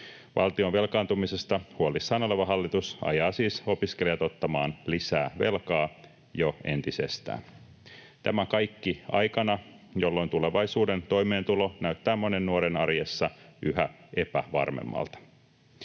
Valtion velkaantumisesta huolissaan oleva hallitus ajaa siis opiskelijat ottamaan lisää velkaa jo entisestään. Tämä kaikki aikana, jolloin tulevaisuuden toimeentulo näyttää monen nuoren arjessa yhä epävarmemmalta.